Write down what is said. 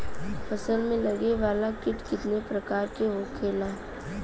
फसल में लगे वाला कीट कितने प्रकार के होखेला?